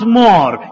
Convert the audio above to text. more